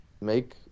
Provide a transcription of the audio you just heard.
make